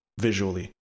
visually